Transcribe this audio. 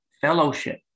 fellowship